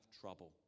trouble